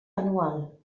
anual